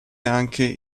anche